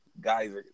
guys